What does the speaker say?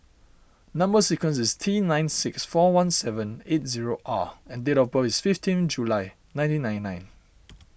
Number Sequence is T nine six four one seven eight zero R and date of birth is fifteen July nineteen ninety nine